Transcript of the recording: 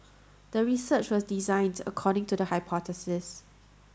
the research was designed according to the hypothesis